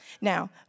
now